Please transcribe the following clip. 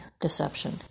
deception